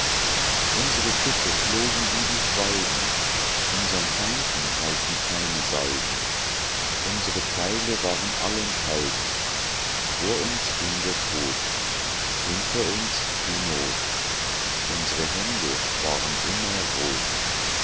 uns're schiffe flogen wie die schwalben unsern feinden halfen keine salben uns're pfeile waren allenthalben vor uns ging der tod hinter uns die not uns're hände waren immer rot